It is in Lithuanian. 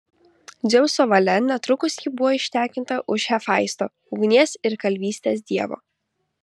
dzeuso valia netrukus ji buvo ištekinta už hefaisto ugnies ir kalvystės dievo